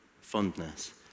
fondness